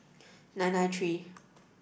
nine nine three